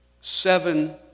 seven